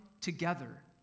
together